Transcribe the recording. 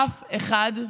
אף אחד,